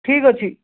ଠିକ୍ ଅଛି